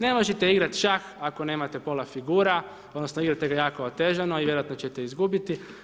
Ne možete igrati šah ako nemate pola figura, odnosno igrate ga jako otežano i vjerojatno ćete izgubiti.